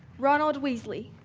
ronald weasley.